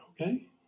okay